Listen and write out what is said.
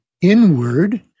inward